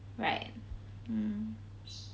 right mm